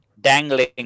dangling